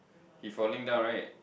he falling down right